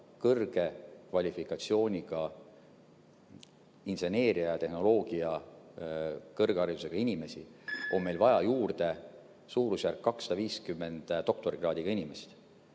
kõrge kvalifikatsiooniga inseneeria ja tehnoloogia kõrgharidusega inimesi, on meil vaja juurde suurusjärgus 250 doktorikraadiga inimest.